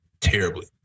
Terribly